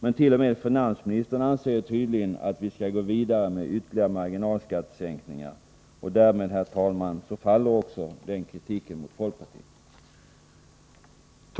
Men t.o.m. finansministern anser tydligen att vi skall gå vidare med ytterligare marginalskattesänkningar. Därmed, herr talman, faller också den kritiken mot folkpartiet.